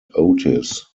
otis